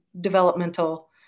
developmental